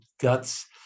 guts